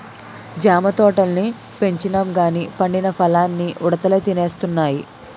జామ తోటల్ని పెంచినంగానీ పండిన పల్లన్నీ ఉడతలే తినేస్తున్నాయి